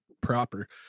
proper